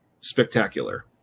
spectacular